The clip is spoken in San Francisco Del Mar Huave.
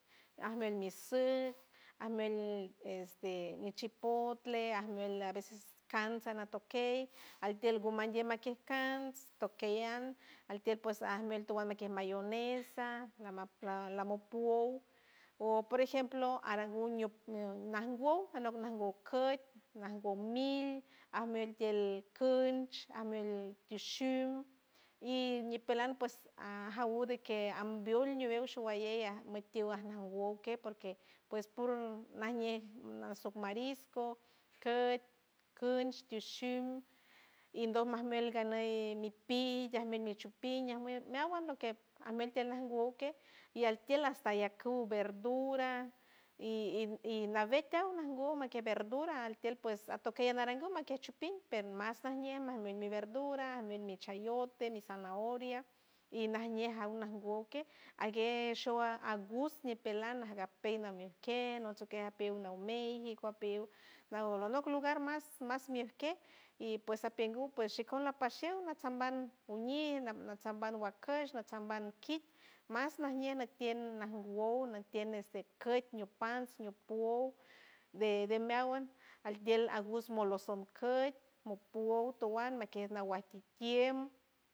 Amel misuj amel este mi chipotle almen a veces canza natok key altield guman diey makier cans tokey ans altield pues ajmel atowand de que mayonesa lamop puow o por ejemplo arangu ñiut nanwouw anok nanwou coit nangouw mil amel tield cunch amel tishiuld y ñipeland pues ar jaur de que ambiul ñibeu shuguayey ea motiuld an mowoul que porque pues puro najñe naso marisco que coinch tishiun indol majmel ganey mipit ajmiel mi chupiña ajmiel meawand loque anok tiald alnok que y altield hasta lo quiel verdura y navet tiold nanwou naque verdura altield pues atokey anarangu makie achupin pero mas también amenu verdura amiet mi chayote mi zanahoria y najñe jaun nanwou que aguey shuba agus nipeland agape nankey apeyt nanmey y coit apel nangolonol lugar mas mas mi alquie y pues apingu pues shicon apaciar natsamba uñij nat natsamba guacoish natsamba kit mas najñe natield nanwould nantield este coit ñiu pans ñiu de meawand altield agus moloson coit mot would otowand nakiet nawantikiel.